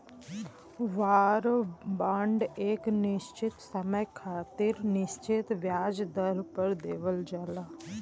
वार bond एक निश्चित समय खातिर निश्चित ब्याज दर पर देवल जाला